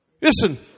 listen